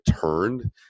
turned